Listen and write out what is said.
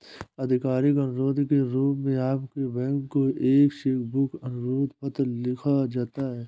आधिकारिक अनुरोध के रूप में आपके बैंक को एक चेक बुक अनुरोध पत्र लिखा जाता है